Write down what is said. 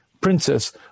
princess